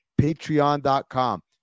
patreon.com